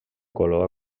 color